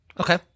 Okay